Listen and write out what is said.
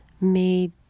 made